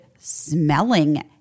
smelling